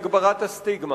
היא הגברת הסטיגמה.